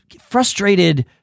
frustrated